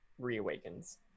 reawakens